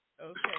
Okay